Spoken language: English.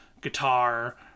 guitar